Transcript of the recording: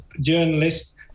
journalists